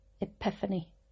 Epiphany